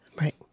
Right